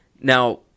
Now